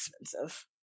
expensive